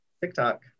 TikTok